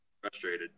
Frustrated